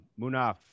Munaf